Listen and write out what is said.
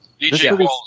DJ